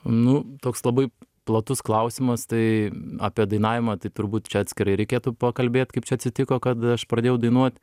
nu toks labai platus klausimas tai apie dainavimą tai turbūt čia atskirai reikėtų pakalbėt kaip čia atsitiko kad aš pradėjau dainuot